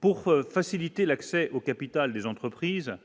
Pour faciliter l'accès au capital des entreprises.